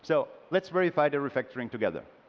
so let's verify the refactoring together.